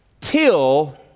till